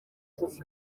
ati